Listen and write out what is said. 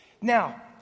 Now